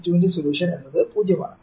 Vc2 ന്റെ solution എന്നത് 0 ആണ്